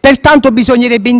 italiano. Bisognerebbe, quindi, in